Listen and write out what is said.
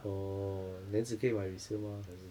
orh then 直可以买 resale mah 还是